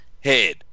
head